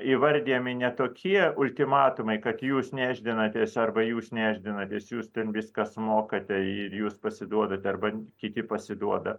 įvardijami ne tokie ultimatumai kad jūs nešdinatės arba jūs nešdinatės jūs ten viską sumokate jūs pasiduodat arba kiti pasiduoda